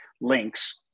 links